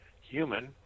human